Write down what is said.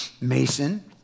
Mason